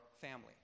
family